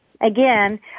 again